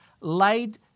laid